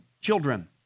children